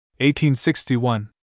1861